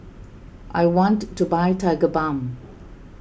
I want to buy Tigerbalm